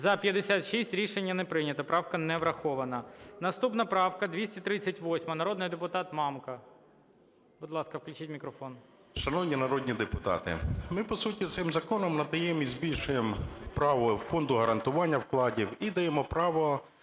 За-56 Рішення не прийнято. Правка не врахована. Наступна правка - 238, народний депутат Мамка. Будь ласка, включіть мікрофон. 12:55:57 МАМКА Г.М. Шановні народні депутати, ми, по суті, цим законом надаємо і збільшуємо право Фонду гарантування вкладів і даємо право